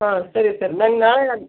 ಹಾಂ ಸರಿ ಸರ್ ನಾನು ನಾಳೆ ನಾನು